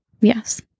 Yes